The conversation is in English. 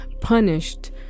punished